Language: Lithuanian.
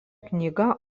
knygą